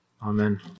Amen